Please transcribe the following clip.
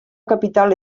capital